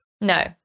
No